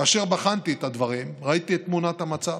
כאשר בחנתי את הדברים, ראיתי את תמונת המצב.